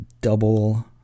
double